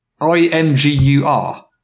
I-M-G-U-R